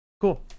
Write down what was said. cool